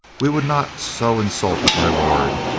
we would not so insult my lord,